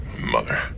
Mother